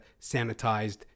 sanitized